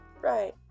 Right